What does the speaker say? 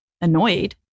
annoyed